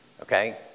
okay